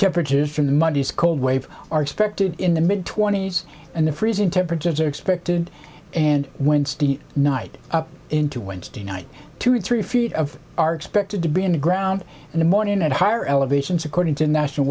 temperatures from the monday's cold wave are expected in the mid twenty's and the freezing temperatures are expected and wednesday night into wednesday night two or three feet of are expected to be in the ground in the morning and higher elevations according to national